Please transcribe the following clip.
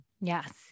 Yes